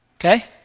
Okay